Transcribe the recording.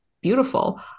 beautiful